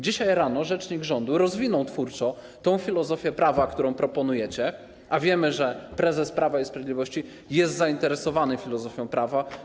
Dzisiaj rano rzecznik rządu rozwinął twórczo tę filozofię prawa, którą proponujecie, a wiemy, że prezes Prawa i Sprawiedliwości jest zainteresowany filozofią prawa.